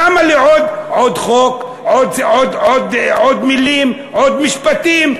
למה לי עוד חוק, עוד מילים, עוד משפטים?